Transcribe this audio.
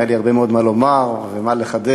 היה לי הרבה מאוד מה לומר ומה לחדש,